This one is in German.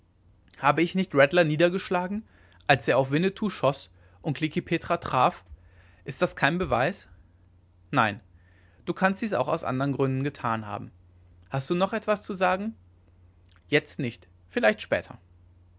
habe ich nicht rattler niedergeschlagen als er auf winnetou schoß und klekih petra traf ist auch das kein beweis nein du kannst dies auch aus andern gründen getan haben hast du noch etwas zu sagen jetzt nicht vielleicht später